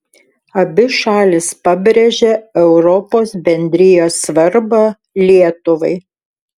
abi šalys pabrėžia europos bendrijos svarbą lietuvai